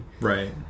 Right